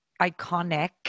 iconic